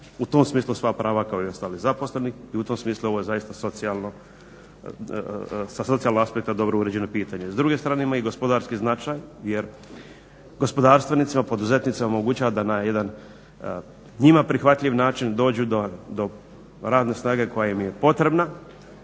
u tom smislu svoja prava kao i ostali zaposleni i u tom smislu ovo je zaista socijalno, sa socijalnog aspekta dobro uređeno pitanje. S druge strane ima i gospodarski značaj jer gospodarstvenicima, poduzetnicima omogućava da na jedan njima prihvatljiv način dođu do radne snage koja im je potrebna